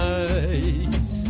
eyes